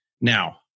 Now